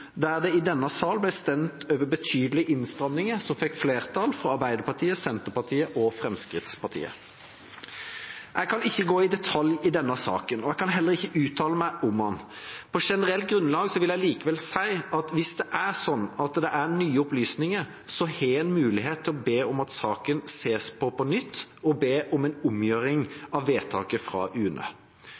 der det i denne sal ble stemt over betydelige innstramninger som fikk flertall fra Arbeiderpartiet, Senterpartiet og Fremskrittspartiet. Jeg kan ikke gå i detalj i denne saken, og jeg kan heller ikke uttale meg om den. På generelt grunnlag vil jeg likevel si at hvis det er sånn at det er nye opplysninger, har man mulighet til å be om at saken ses på på nytt og be om en omgjøring av vedtaket fra